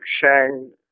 Shang